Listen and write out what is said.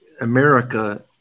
America